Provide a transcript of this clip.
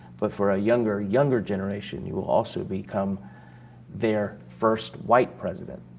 but for a younger, younger generation, you will also become their first white president,